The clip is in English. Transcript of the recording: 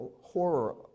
horror